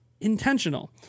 intentional